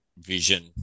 vision